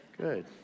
good